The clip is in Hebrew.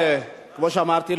כמו שאמרתי,